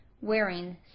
wearing